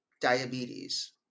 diabetes